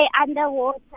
underwater